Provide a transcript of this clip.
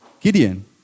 Gideon